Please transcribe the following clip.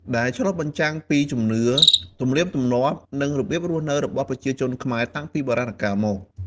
ដែលឆ្លុះបញ្ចាំងពីជំនឿ ទំនៀមទម្លាប់ និងរបៀបរស់នៅរបស់ប្រជាជនខ្មែរតាំងពីបុរាណកាលមក។